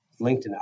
LinkedIn